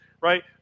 right